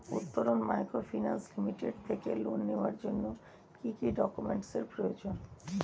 Uttaran microfinance limited থেকে loan নেওয়ার জন্য কি কি ডকুমেন্টস এর প্রয়োজন?